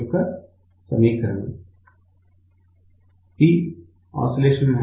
యొక్క సమీకరణం Poscmax